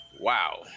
Wow